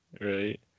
Right